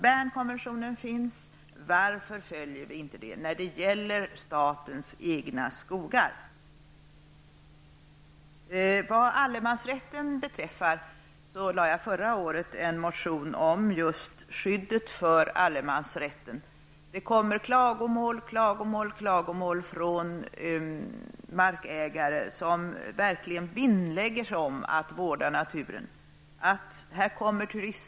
Bernkonventionen finns, men varför följer man den inte när det gäller statens egna skogar? Vad allemansrätten beträffar väckte jag förra året en motion om just skyddet för allemansrätten. Det kommer klagomål och åter klagomål från markägare som verkligen vinnlägger sig om att vårda naturen.